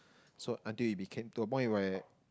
so until it became to a point where